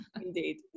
Indeed